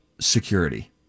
security